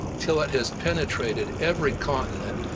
till it has penetrated every continent,